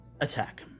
Attack